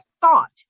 thought